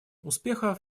успеха